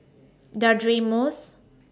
Deirdre Moss